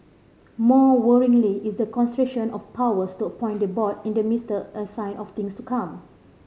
more worryingly is the concentration of powers to appoint the board in the minister a sign of things to come